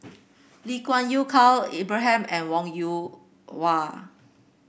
Lee Kuan Yew Khalil Ibrahim and Wong Yoon Wah